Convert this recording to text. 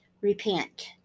repent